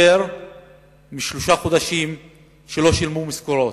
יותר משלושה חודשים לא שילמו משכורות.